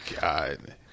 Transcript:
God